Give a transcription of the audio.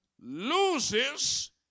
loses